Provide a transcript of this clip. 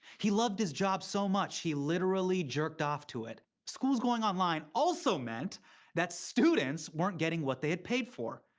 he loved his job so much, he literally jerked off to it. schools going online also meant that students weren't getting what they'd paid for.